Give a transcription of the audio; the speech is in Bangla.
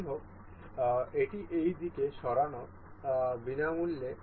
যাইহোক এটি এই দিকে সরানো বিনামূল্যে